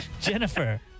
Jennifer